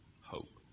hope